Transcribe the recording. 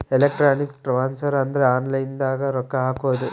electronic transfer ಅಂದ್ರ online ದಾಗ ರೊಕ್ಕ ಹಾಕೋದು